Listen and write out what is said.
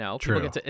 True